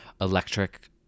electric